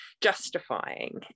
justifying